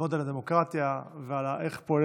ללמוד על הדמוקרטיה ואיך פועל